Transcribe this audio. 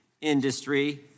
industry